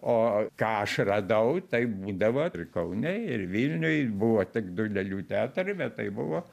o ką aš radau tai būdavo ir kaune ir vilniuj buvo tik du lėlių teatrai bet tai buvo